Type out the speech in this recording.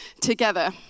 together